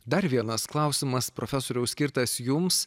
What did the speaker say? dar vienas klausimas profesoriau skirtas jums